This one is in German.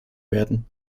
werden